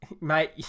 mate